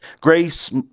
grace